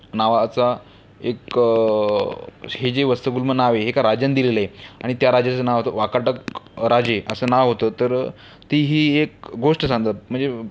नावाचा एक हे जे वत्सगुल्म नाव आहे हे एका राजाने दिलेलं आहे आणि त्या राजाचं नाव होतं वाकाटक राजे असं नाव होतं तर ती ही एक गोष्ट सांगतात म्हणजे